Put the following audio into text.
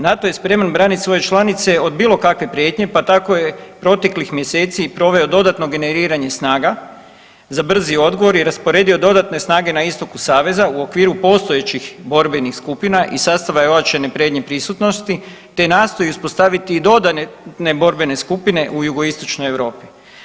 NATO je spremna braniti svoje članice od bilo kakve prijetnje, pa tako je proteklih mjeseci proveo dodatno generiranje snaga za brzi odgovor i rasporedio dodatne snage na istoku Saveza u okviru postojećih borbenih skupina i sastava ojačane prednje prisutnosti te nastoji uspostaviti i dodatne borbene skupine u jugoistočnoj Europi.